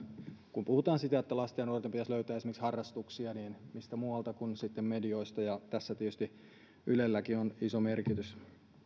kun puhutaan siitä että lasten ja nuorten pitäisi löytää esimerkiksi harrastuksia niin mistä muualta kuin medioista tässä tietysti ylelläkin on iso merkitys